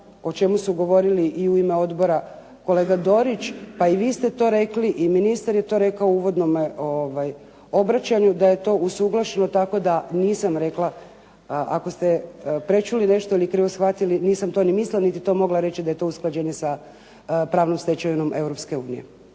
o čemu su govorili i u ime odbora kolega Dorić, a i vi ste to rekli i ministar je to rekao u uvodnom obraćanju da je to usuglašeno tako da nisam rekla. Ako ste prečuli nešto ili krivo shvatili, nisam to ni mislila niti to mogla reći da je to usklađenje sa pravnom stečevinom